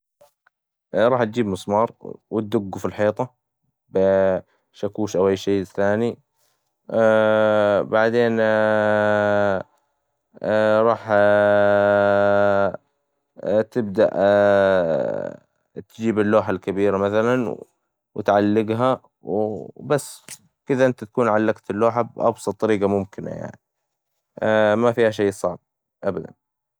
راح تجيب مسمار وتدقه فى الحيطة بشاكوش أو أى شى تانى ، بعدين راح تبدأ تجيب اللوحة الكبيرة مثلاً وتعلجها وبس كدة انت كدة تكون علجت اللوحة بأبسط طريقة ممكنة يعنى ، ما فيها أى شى صعب أبداً.